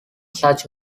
such